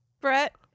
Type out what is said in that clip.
Brett